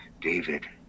David